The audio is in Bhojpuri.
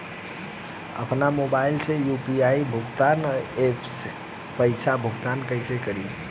आपन मोबाइल से यू.पी.आई भुगतान ऐपसे पईसा भुगतान कइसे करि?